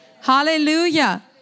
Hallelujah